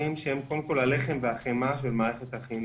שהם הלחם והחמאה של מערכת החינוך,